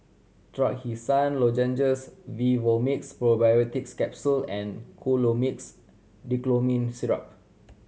Rrachisan Lozenges Vivomixx Probiotics Capsule and Colimix Dicyclomine Syrup